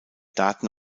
daten